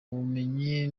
ubumenyi